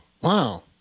Wow